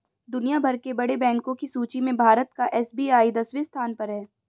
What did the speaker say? दुनिया भर के बड़े बैंको की सूची में भारत का एस.बी.आई दसवें स्थान पर है